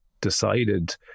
decided